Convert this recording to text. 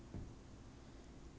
my house in J_B